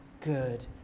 good